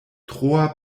troa